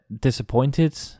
disappointed